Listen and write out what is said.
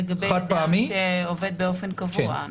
לגבי אדם שעובד באופן קבוע.